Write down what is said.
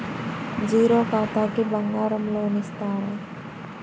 Zero ఖాతాకి బంగారం loan ఇస్తారా?